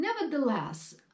Nevertheless